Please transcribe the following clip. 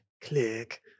Click